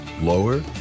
Lower